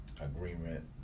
agreement